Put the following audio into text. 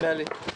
נדמה לי,